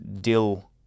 Dill